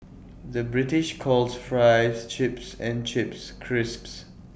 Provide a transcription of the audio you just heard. the British calls Fries Chips and Chips Crisps